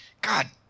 God